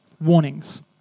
Warnings